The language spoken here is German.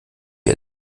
wie